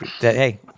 hey